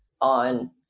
on